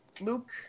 Luke